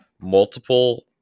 multiple